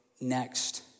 next